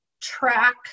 Track